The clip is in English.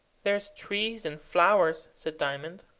there's trees and flowers, said diamond.